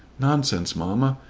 nonsense, mamma!